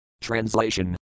Translation